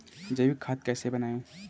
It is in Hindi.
जैविक खाद कैसे बनाएँ?